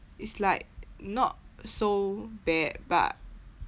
it's like not so bad but